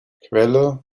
quelle